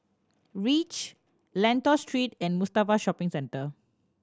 Reach Lentor Street and Mustafa Shopping Centre